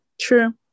True